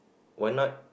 why not